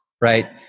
right